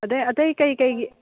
ꯑꯗꯩ ꯑꯇꯩ ꯀꯩꯀꯩꯒꯤ